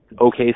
okay